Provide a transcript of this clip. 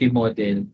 model